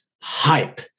hype